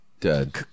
Dead